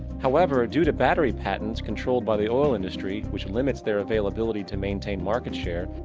however, ah due to battery patents, controlled by the oil industry, which limits their and ability to maintain market share,